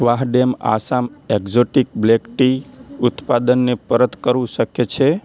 Vahdam Assam exotic black tea ઉત્પાદનને પરત કરવું શક્ય છે